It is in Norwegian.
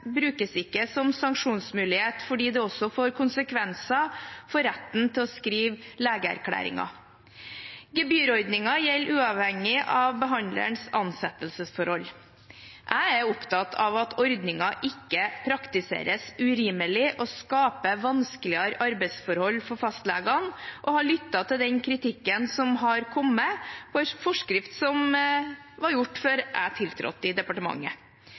brukes ikke som sanksjonsmulighet fordi det også får konsekvenser for retten til å skrive legeerklæringer. Gebyrordningen gjelder uavhengig av behandlernes ansettelsesforhold. Jeg er opptatt av at ordningen ikke praktiseres urimelig og skaper vanskeligere arbeidsforhold for fastlegene, og har lyttet til den kritikken som har kommet, mot en forskrift som var laget før jeg tiltrådte i departementet.